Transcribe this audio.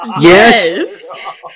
yes